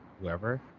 whoever